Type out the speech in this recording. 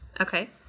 Okay